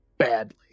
Badly